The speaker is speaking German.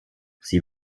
sie